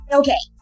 okay